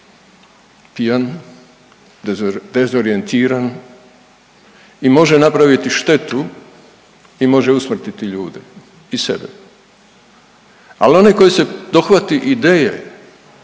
pijan, dezorijentiran i može napraviti štetu i može usmrtiti ljude i sebe, al onaj koji se dohvati ideje